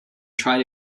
tried